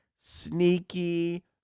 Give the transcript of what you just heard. sneaky